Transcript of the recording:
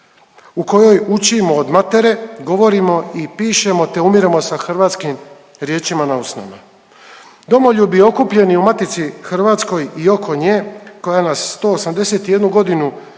u kojoj učimo od matere, govorimo i pišemo, te umiremo sa hrvatskim riječima na usnama. Domoljubi okupljeni u Matici Hrvatskoj i oko nje koja nas 181.g.